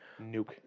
Nuke